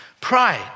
Pride